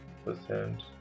percent